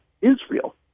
Israel